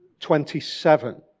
27